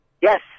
Yes